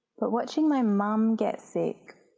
but watching my mum get sick,